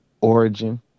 origin